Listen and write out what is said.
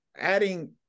adding